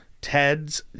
Ted's